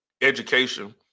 education